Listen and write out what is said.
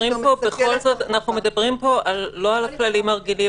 --- אנחנו מדברים פה בכל זאת לא על הכללים הרגילים,